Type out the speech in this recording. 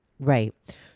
Right